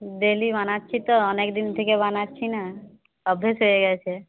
daily বানাচ্ছি তো অনেকদিন থেকে বানাচ্ছি না অভ্যেস হয়ে গেছে